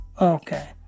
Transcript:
Okay